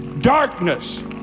darkness